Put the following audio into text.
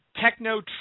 techno